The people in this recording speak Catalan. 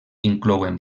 inclouen